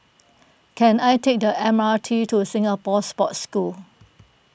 can I take the M R T to Singapore Sports School